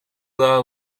daha